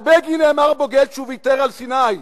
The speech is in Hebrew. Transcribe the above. על בגין נאמר בוגד כשהוא ויתר על סיני,